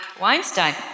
Weinstein